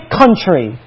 country